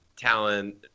talent